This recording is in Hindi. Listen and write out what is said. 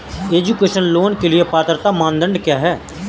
एजुकेशन लोंन के लिए पात्रता मानदंड क्या है?